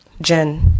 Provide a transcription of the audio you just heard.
Jen